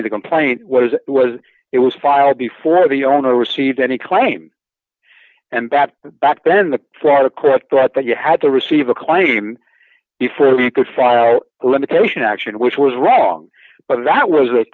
the complaint was was it was filed before the owner received any claim and that back then the florida court thought that you had to receive a claim before you could file a limitation action which was wrong but that was a